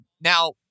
now